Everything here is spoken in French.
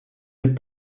est